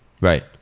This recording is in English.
Right